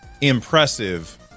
impressive